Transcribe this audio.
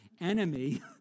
enemy